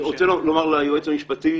אני רוצה לומר ליועץ המשפטי